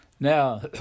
Now